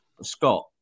Scott